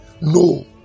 No